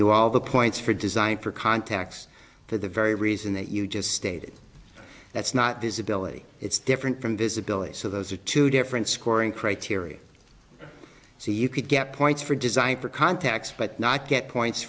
you all the points for design for contacts for the very reason that you just stated that's not this ability it's different from visibility so those are two different scoring criteria so you could get points for design for contacts but not get points